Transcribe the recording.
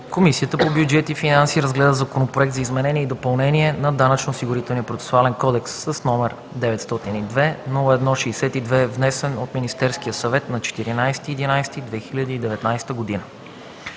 Комисията по бюджет и финанси разгледа Законопроект за изменение и допълнение на Данъчно-осигурителния процесуален кодекс, № 902-01-62, внесен от Министерския съвет на 14 ноември